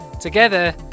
Together